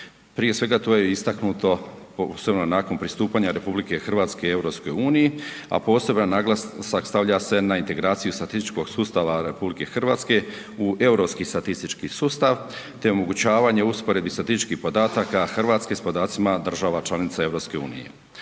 Prije svega to je istaknuto osobno nakon pristupanja RH EU-u a poseban naglasak stavlja se na integraciju statističkog sustava RH u europski statistički sustav te omogućavanje u usporedbi statističkih podataka Hrvatske sa podacima država članica EU-a.